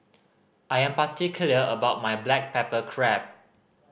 I am particular about my black pepper crab